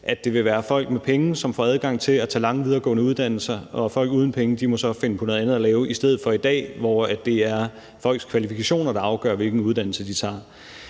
at det vil være folk med penge, som får adgang til at tage lange videregående uddannelser, og folk uden penge må så finde på noget andet at lave, i stedet for at det er, som det er i dag, hvor det er folks kvalifikationer, der afgør, hvilken uddannelse de tager.